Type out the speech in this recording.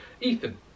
Ethan